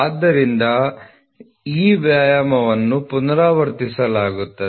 ಆದ್ದರಿಂದ ವ್ಯಾಯಾಮವನ್ನು ಪುನರಾವರ್ತಿಸಲಾಗುತ್ತದೆ